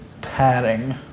padding